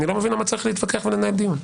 אני לא מבין למה צריך להתווכח ולנהל דיון.